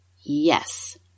yes